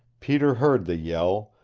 peter heard the yell,